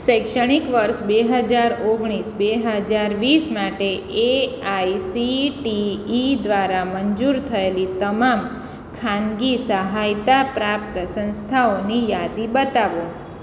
શૈક્ષણિક વર્ષ બે હજાર ઓગણીસ બે હજાર વીસ માટે A I C T E દ્વારા મંજૂર થયેલી તમામ ખાનગી સહાયતા પ્રાપ્ત સંસ્થાઓની યાદી બતાવો